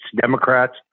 Democrats